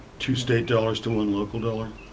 two state dollars to one local dollar?